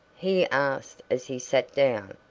he asked as he sat down,